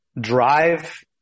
drive